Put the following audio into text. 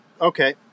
okay